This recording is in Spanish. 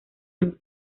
año